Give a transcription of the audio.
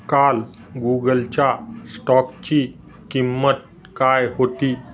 काल गुगलच्या स्टॉकची किंमत काय होती